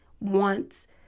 wants